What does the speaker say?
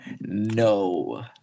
no